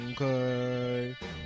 Okay